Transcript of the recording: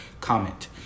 comment